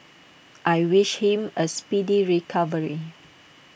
I wish him A speedy recovery